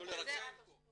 מה אנחנו עושים.